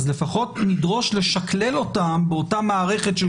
לפחות נדרוש לשקלל אותם באותה מערכת של